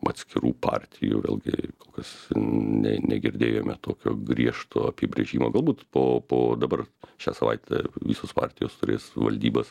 atskirų partijų vėlgi kol kas nė negirdėjome tokio griežto apibrėžimo galbūt po po dabar šią savaitę visos partijos turės valdybas